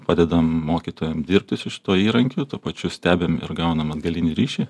padedam mokytojam dirbti su šituo įrankiu tuo pačiu stebim ir gaunam atgalinį ryšį